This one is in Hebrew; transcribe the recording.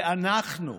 ואנחנו,